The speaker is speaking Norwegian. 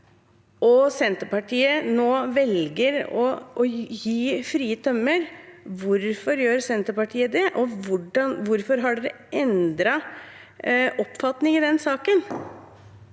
Senterpartiet velger å gi frie tømmer, hvorfor gjør Senterpartiet det, og hvorfor har Senterpartiet endret oppfatning i den saken?